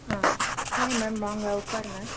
ஆ hi ma'am வாங்க உட்காருங்க